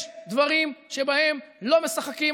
יש דברים שבהם לא משחקים.